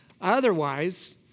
Otherwise